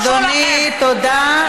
אדוני, תודה.